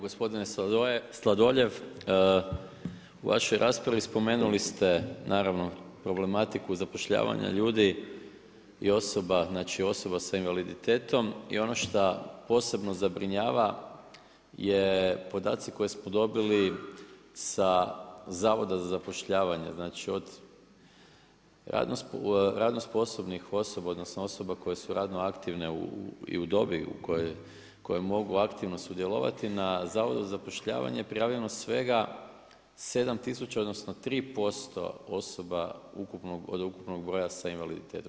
Gospodine Sladoljev, u vašoj raspravi spomenuli ste naravno problematiku zapošljavanja ljudi i osoba s invaliditetom i ono šta posebno zabrinjava je podaci koje smo dobili sa Zavoda za zapošljavanje znači od radno sposobnih osoba odnosno osoba koje su radno aktivne i u dobi u kojoj mogu aktivno sudjelovati na Zavodu za zapošljavanje, prijavljeno svega 7000, odnosno, 3% osoba od ukupnog broja sa invaliditetom.